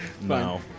No